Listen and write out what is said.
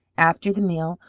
after the meal,